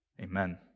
Amen